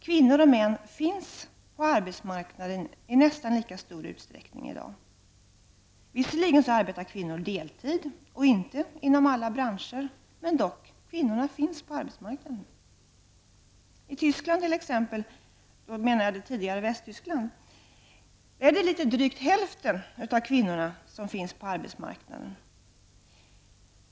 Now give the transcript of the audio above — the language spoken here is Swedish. Kvinnor och män finns på den svenska arbetsmarknaden i nästan lika stor utsträckning i dag. Visserligen arbetar kvinnor deltid och inte inom alla branscher. Men kvinnorna finns ändå på arbetsmarknaden. I det forna Västtyskland återfinns drygt hälften av kvinnorna på arbetsmarknaden.